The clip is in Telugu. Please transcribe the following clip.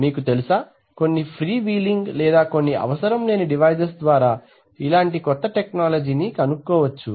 మీకు తెలుసా కొన్ని ఫ్రీ వీలింగ్ లేదా కొన్ని అవసరం లేని డివైసెస్ ద్వారా ఇలాంటి కొత్త టెక్నోలజీ కనుక్కోవచ్చు